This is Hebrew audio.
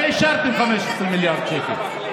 הרי אישרתם 15 מיליארד שקלים.